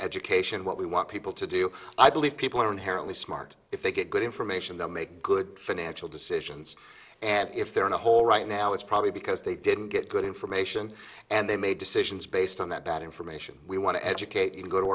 education what we want people to do i believe people are inherently smart if they get good information they'll make good financial decisions and if they're in a hole right now it's probably because they didn't get good information and they made decisions based on that information we want to educate you go to